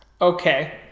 Okay